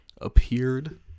Appeared